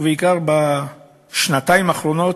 ובעיקר בשנתיים האחרונות,